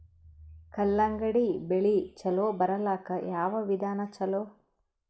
ಕಲ್ಲಂಗಡಿ ಬೆಳಿ ಚಲೋ ಬರಲಾಕ ಯಾವ ವಿಧಾನ ಚಲೋ?